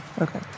Okay